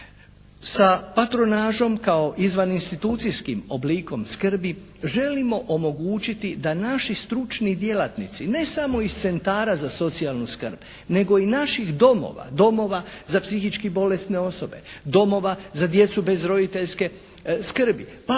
Sa patronažom kao izvan institucijskim oblikom skrbi želimo omogućiti da naši stručni djelatnici ne samo iz Centara za socijalnu skrb, nego i naših domova, Domova za psihički bolesne osobe, Domova za djecu bez roditeljske skrbi.